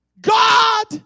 God